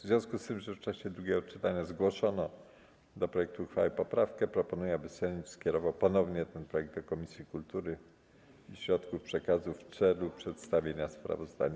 W związku z tym, że w czasie drugiego czytania zgłoszono do projektu uchwały poprawkę, proponuję, aby Sejm skierował ponownie ten projekt do Komisji Kultury i Środków Przekazu w celu przedstawienia sprawozdania.